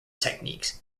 techniques